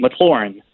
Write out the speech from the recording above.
McLaurin